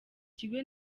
kigo